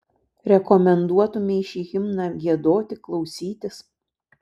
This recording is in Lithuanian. rekomenduotumei šį himną giedoti klausytis